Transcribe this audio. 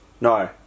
No